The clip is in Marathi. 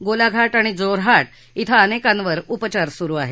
गोलाघाट आणि जोरहाट क्वें अनेकांवर उपचार सुरु आहेत